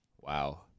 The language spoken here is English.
wow